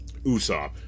Usopp